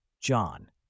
John